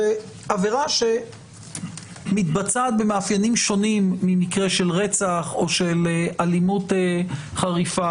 זו עבירה שמתבצעת במאפיינים שונים ממקרה של רצח או של אלימות חריפה,